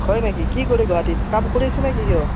হয় নেকি কি কৰি গুৱাহাটীত কাম কৰি আছে নে কি সিও